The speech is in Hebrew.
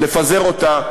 לפזר אותה,